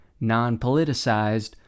non-politicized